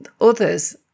others